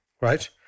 right